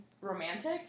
romantic